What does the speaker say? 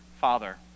Father